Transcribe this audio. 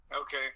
Okay